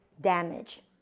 damage